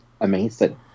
amazing